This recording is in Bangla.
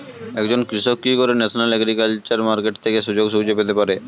একজন কৃষক কি করে ন্যাশনাল এগ্রিকালচার মার্কেট থেকে সুযোগ সুবিধা পেতে পারে?